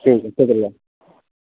ٹھیک ہے شُکریہ